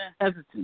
hesitant